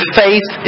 faith